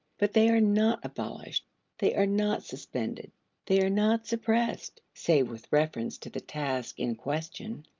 but they are not abolished they are not suspended they are not suppressed save with reference to the task in question.